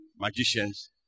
magicians